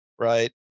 right